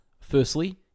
Firstly